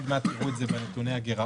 עוד מעט תראו את זה בנתוני הגירעון.